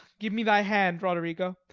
give me thy hand, roderigo.